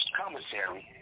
commissary